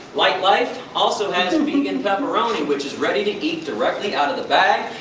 lightlife also has and vegan pepperoni which is ready to eat directly out of the bag.